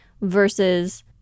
versus